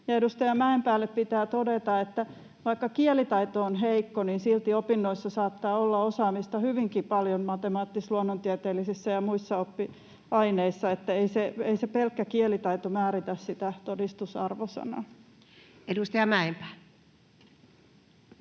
edustaja Mäenpäälle pitää todeta, että vaikka kielitaito on heikko, niin silti opinnoissa saattaa olla osaamista hyvinkin paljon matemaattis-luonnontieteellisissä ja muissa oppiaineissa, ei se pelkkä kielitaito määritä sitä todistusarvosanaa. [Speech